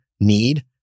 need